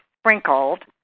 sprinkled